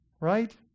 Right